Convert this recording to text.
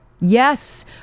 Yes